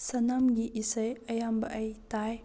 ꯁꯅꯝꯒꯤ ꯏꯁꯩ ꯑꯌꯥꯝꯕ ꯑꯩ ꯇꯥꯏ